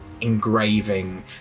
engraving